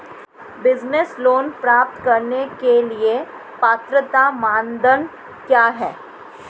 Business loan प्राप्त करने के लिए पात्रता मानदंड क्या हैं?